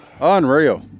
unreal